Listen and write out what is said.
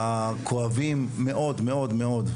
שכואבים מאוד-מאוד.